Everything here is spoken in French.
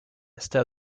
star